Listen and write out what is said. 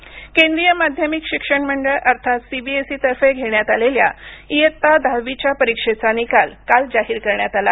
CBSE निकाल केंद्रीय माध्यमिक शिक्षण मंडळ अर्थात सीबीएसई तर्फे घेण्यात आलेल्या इयत्ता दहावीच्या परीक्षेचा निकाल काल जाहीर करण्यात आला